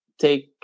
take